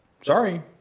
Sorry